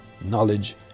knowledge